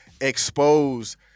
expose